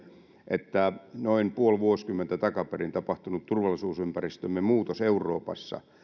että noin puoli vuosikymmentä takaperin tapahtunut turvallisuusympäristömme muutos euroopassa